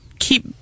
keep